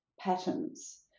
patterns